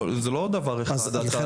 לא, זה לא דבר אחד, זה תהליך.